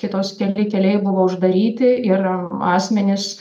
kitos keli keliai buvo uždaryti ir asmenys